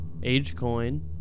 AgeCoin